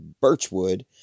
Birchwood